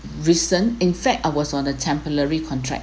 recent in fact I was on a temporary contract